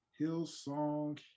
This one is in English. Hillsong